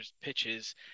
pitches